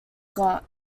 got